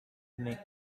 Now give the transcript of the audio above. journey